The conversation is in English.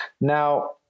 Now